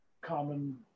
common